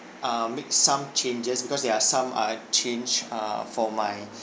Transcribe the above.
uh make some changes because there are some uh change err for my